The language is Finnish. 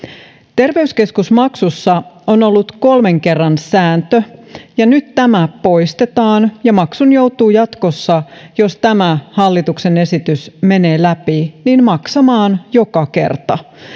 terveyskeskusmaksussa on ollut kolmen kerran sääntö ja nyt tämä poistetaan ja maksun joutuu jatkossa jos tämä hallituksen esitys menee läpi maksamaan joka kerta